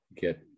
get